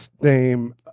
name